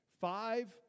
Five